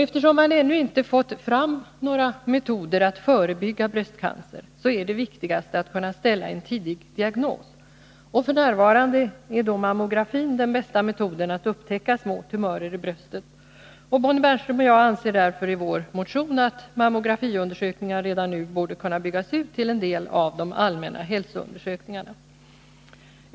Eftersom man ännu inte fått fram några metoder att förebygga bröstcancer är det viktigaste att kunna ställa en tidig diagnos. Och f. n. är mammografi den bästa metoden att upptäcka små tumörer i bröstet. Bonnie Bernström och jag anser därför i vår motion att mammografiundersökningar redan nu borde kunna byggas ut till en del av de allmänna hälsoundersökningarna.